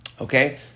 Okay